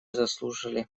заслушали